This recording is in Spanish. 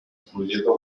incluyendo